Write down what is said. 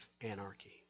anarchy